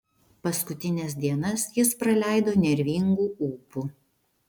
paskutines dienas jis praleido nervingu ūpu